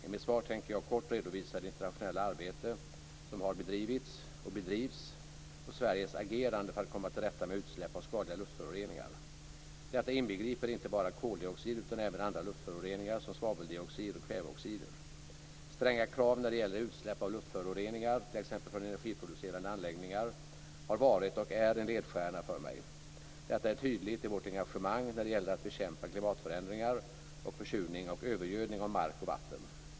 I mitt svar tänker jag kort redovisa det internationella arbete som har bedrivits, och bedrivs, och Sveriges agerande för att komma till rätta med utsläpp av skadliga luftföroreningar. Detta inbegriper inte bara koldioxid utan även andra luftföroreningar som svaveldioxid och kväveoxider. Stränga krav när det gäller utsläpp av luftföroreningar, t.ex. från energiproducerande anläggningar, har varit och är en ledstjärna för mig. Detta är tydligt i vårt engagemang när det gäller att bekämpa klimatförändringar och försurning och övergödning av mark och vatten.